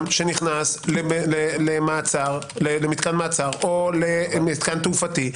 שנכנס למתקן מעצר או למתקן תעופתי.